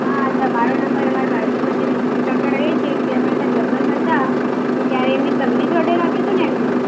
હા તમારો નંબર અમારે બાજુમાં જે મોહન કાકા રહે છે તેમના ત્યાં લગ્ન હતા તે ત્યારે તમને જ ઓડર આપ્યો હતો ને એમણે